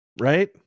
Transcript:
Right